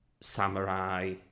samurai